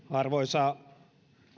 arvoisa